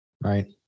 right